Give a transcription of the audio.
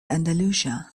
andalusia